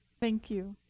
thank you.